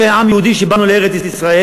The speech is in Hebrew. כעם יהודי שבאנו לארץ-ישראל,